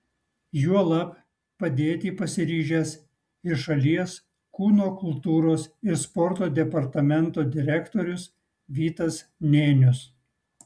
juolab padėti pasiryžęs ir šalies kūno kultūros ir sporto departamento direktorius vytas nėnius